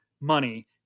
money